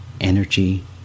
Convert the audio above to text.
energy